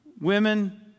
Women